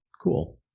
Cool